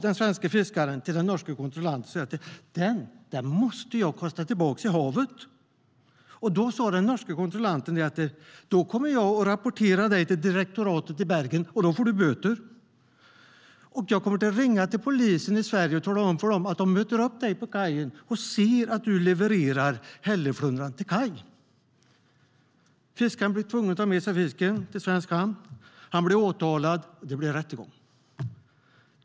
Den svenske fiskaren sa till den norske kontrollanten att han måste kasta tillbaka den i havet. Den norske kontrollanten sa då att han i så fall skulle rapportera fiskaren till direktoratet i Bergen. Och då skulle det bli böter. Han skulle också ringa till den svenska polisen och tala om för dem att de skulle möta upp fiskaren på kajen för att se att han levererade hälleflundran till kaj. Fiskaren blev tvungen att ta med fisken till svensk hamn. Han blev åtalad, och det blev rättegång.